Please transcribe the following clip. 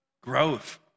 Growth